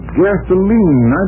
gasoline